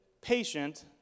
patient